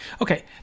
Okay